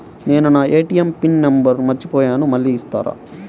నేను నా ATM PIN number మర్చిపోయాను మళ్ళీ ఇస్తారా?